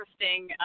interesting